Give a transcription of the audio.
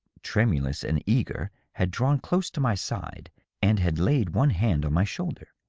tremulous and eager, had drawn close to my side and had laid one hand on my shoulder.